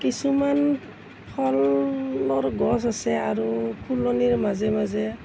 কিছুমান ফলৰ গছ আছে আৰু ফুলনিৰ মাজে মাজে